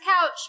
couch